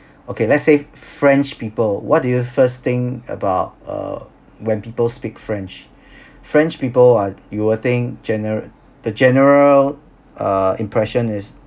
okay let's say french people what do you first think about uh when people speak french french people are you will think gener~ the general uh impression is